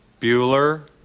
Bueller